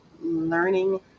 learning